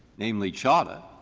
namely, chadha,